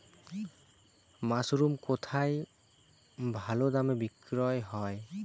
Mushroom কেথায় ভালোদামে বিক্রয় হয়?